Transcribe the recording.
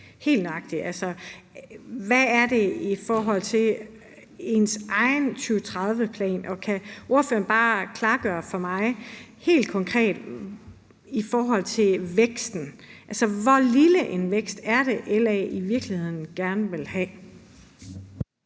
altså hvad det er i forhold til ens egen 2030-plan. Kan ordføreren bare klargøre noget for mig helt konkret i forhold til væksten: Hvor lille en vækst er det, LA i virkeligheden gerne vil have?